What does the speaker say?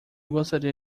gostaria